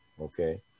okay